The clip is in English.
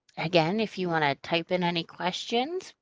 again, if you wanna type in any questions,